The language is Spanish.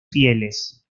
fieles